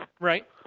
Right